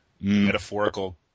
metaphorical